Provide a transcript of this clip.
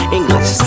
English